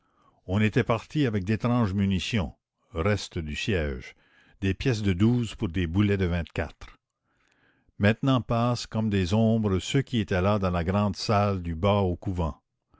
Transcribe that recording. on était parti avec d'étranges munitions restes du siège des pièces de douze pour des boulets de vingt-quatre la commune maintenant passent comme des ombres ceux qui étaient là dans la grande salle du bas au couvent